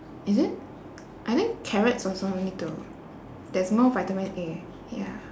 is it I think carrots also need to there's more vitamin A ya